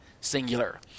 singular